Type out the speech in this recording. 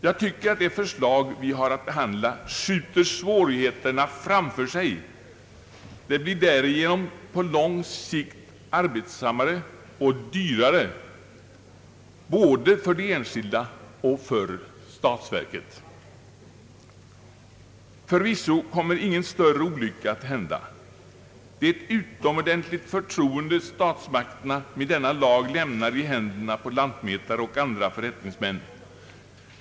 Jag anser att det förslag vi har att behandla skjuter svårigheterna framför sig. Det hela blir därigenom på lång sikt arbetsammare och dyrare både för de enskilda och för statsverket. Förvisso kommer ingen större olycka att hända. Det är ett utomordentligt förtroende statsmakterna med denna lag visar lantmätare och andra förrättningsmän.